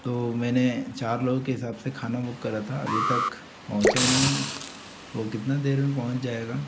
तो मैंने चार लोगों के हिसाब से खाना बुक करा था अभी तक पहुँचा नहीं वो कितना देर में पहुँच जाएगा